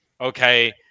Okay